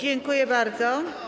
Dziękuję bardzo.